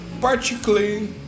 particularly